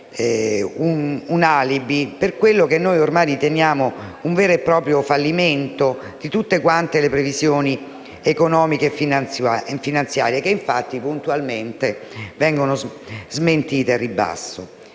un alibi per quello che ormai riteniamo un vero e proprio fallimento di tutte le previsioni economiche e finanziarie, che infatti, puntualmente, vengono smentite al ribasso.